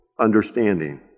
understanding